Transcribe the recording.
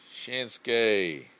Shinsuke